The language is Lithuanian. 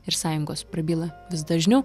ir sąjungos prabyla vis dažniau